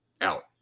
out